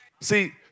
See